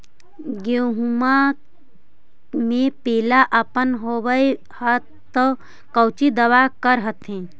गोहुमा मे पिला अपन होबै ह तो कौची दबा कर हखिन?